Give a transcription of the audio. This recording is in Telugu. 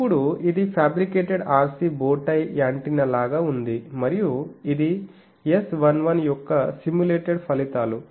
ఇప్పుడుఇది fabricated RC bow tie antenna లాగా ఉంది మరియు ఇది S11 యొక్క సిములేటేడ్ ఫలితాలు